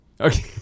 Okay